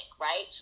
right